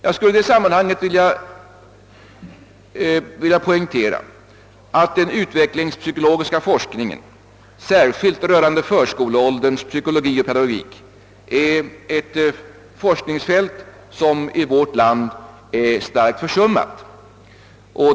Jag vill i detta sammanhang poängtera att den utvecklingspsykologiska forskningen särskilt rörande förskoleålderns psykologi och pedagogik är ett forskningsfält, som i vårt land är starkt försummat.